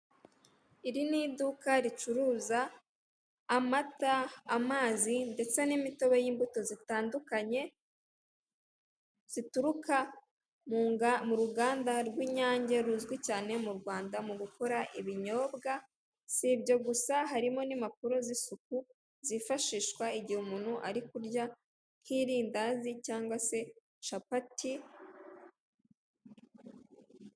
Iri ni iduka ricuruza amata, amazi ndetse n'imitobe y'imbuto zitandukanye zituruka mu ruganda rw'Inyange ruzwi cyane Rwanda mu gukora ibinyobwa. Si ibyo gusa harimo n'impapuro z'isuku zifashishwa igihe muntu ari kurya nk'irindazi cyangwa se capati...